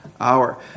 hour